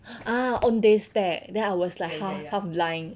ah Owndays spec then I was like ha~ half blind